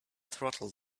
throttle